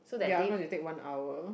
ya cause you take one hour